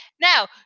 Now